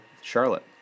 Charlotte